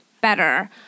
better